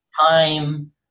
time